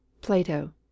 PLATO